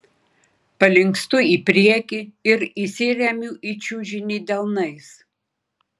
palinkstu į priekį ir įsiremiu į čiužinį delnais